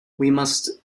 must